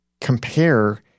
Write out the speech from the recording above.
compare